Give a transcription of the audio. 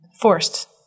forced